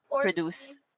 produce